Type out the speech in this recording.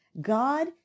God